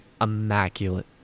immaculate